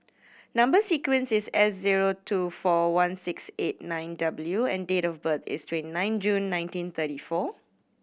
number sequence is S zero two four one six eight nine W and date of birth is twenty nine June nineteen thirty four